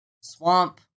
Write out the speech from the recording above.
Swamp